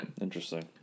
Interesting